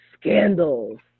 scandals